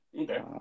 Okay